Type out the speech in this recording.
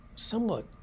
somewhat